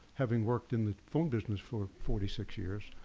having worked in the phone business for forty six years,